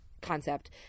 concept